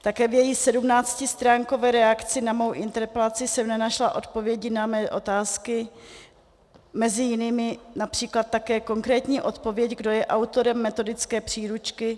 Také v její 17stránkové reakci na mou interpelaci jsem nenašla odpovědi na mé otázky, mezi jinými například také konkrétní odpověď, kdo je autorem metodické příručky.